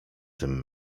tym